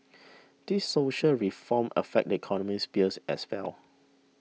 these social reforms affect the economic spheres as well